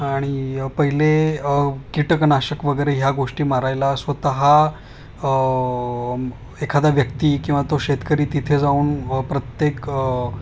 आणि पहिले कीटकनाशक वगैरे ह्या गोष्टी मारायला स्वतः एखादा व्यक्ती किंवा तो शेतकरी तिथे जाऊन प्रत्येक